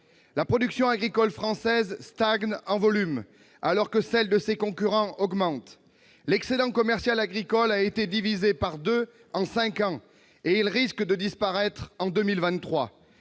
La production agricole française stagne en volume, alors que celle de nos concurrents augmente. L'excédent commercial agricole a été divisé par deux en cinq ans, et risque de disparaître en 2023.